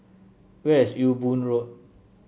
where is Ewe Boon Road